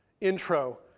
intro